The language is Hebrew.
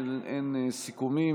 אין סיכומים.